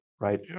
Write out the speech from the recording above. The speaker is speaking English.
Right